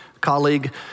colleague